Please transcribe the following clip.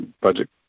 budget